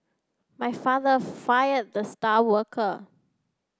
my father fire the star worker